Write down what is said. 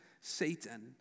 Satan